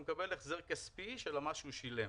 הוא מקבל החזר כספי של המס שהוא שילם.